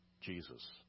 Jesus